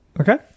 Okay